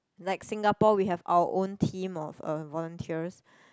like Singapore we have our own team of um volunteers